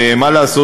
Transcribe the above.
ומה לעשות,